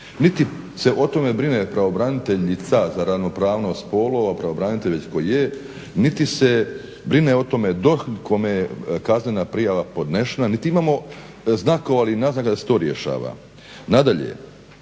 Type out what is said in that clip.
Niti se o tome brine pravobraniteljica za ravnopravnost spolova, pravobranitelj, već tko je, niti se brine o tome DORH kome je kaznena prijava podnešena, niti imamo znakova ili naznaka da se to rješava. Nadalje,